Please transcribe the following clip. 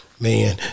man